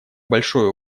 большой